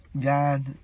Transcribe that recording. God